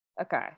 Okay